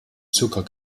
zucker